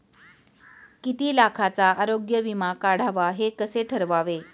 किती लाखाचा आरोग्य विमा काढावा हे कसे ठरवावे?